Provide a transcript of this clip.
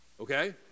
okay